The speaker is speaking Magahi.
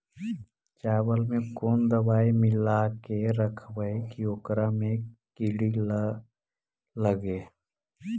चावल में कोन दबाइ मिला के रखबै कि ओकरा में किड़ी ल लगे?